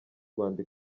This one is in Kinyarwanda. rwanda